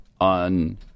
on